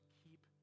keep